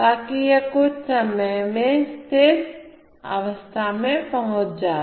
ताकि यह कुछ समय में स्थिर अवस्था में पहुंच जाए